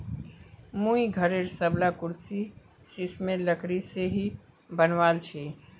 मुई घरेर सबला कुर्सी सिशमेर लकड़ी से ही बनवाल छि